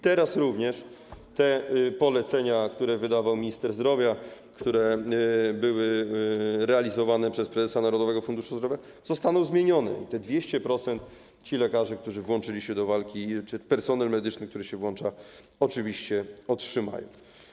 Teraz również te polecenia, które wydawał minister zdrowia, które były realizowane przez prezesa Narodowego Funduszu Zdrowia, zostaną zmienione i te 200% ci lekarze, którzy włączyli się do walki, czy personel medyczny, który się włącza, oczywiście otrzymają.